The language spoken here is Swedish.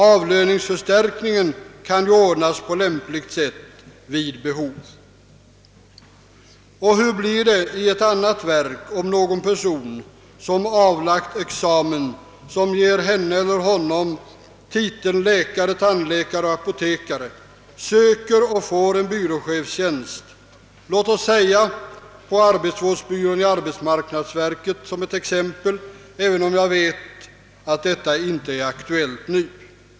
— Avlöningsförstärkningar kan ju ordnas på lämpligt sätt vid behov. Hur blir det i ett annat verk, om någon person, som avlagt examen, som ger henne eller honom titeln läkare, tandläkare eller apotekare, söker och får en byråchefstjänst, låt oss som ett exempel säga på arbetsvårdsbyrån i arbetsmarknadsverket, även om jag väl vet, att detta inte är aktuellt nu?